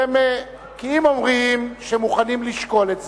כי אם אומרים שמוכנים לשקול את זה,